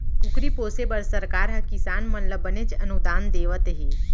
कुकरी पोसे बर सरकार हर किसान मन ल बनेच अनुदान देवत हे